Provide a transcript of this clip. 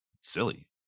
silly